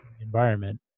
environment